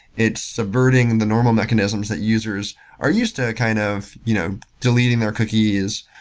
it's subverting the normal mechanisms that users are used to kind of you know deleting their cookies,